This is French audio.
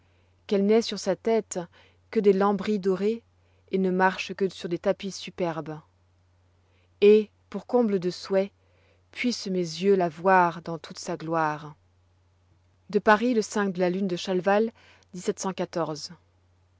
qu'elle n'ait sur sa tête que des lambris dorés et ne marche que sur des tapis superbes et pour comble de souhaits puissent mes yeux la voir dans toute sa gloire à paris le de la lune de chalval